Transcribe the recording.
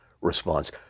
response